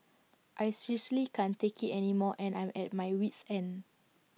I seriously can't take IT anymore and I'm at my wit's end